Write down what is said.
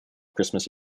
christmas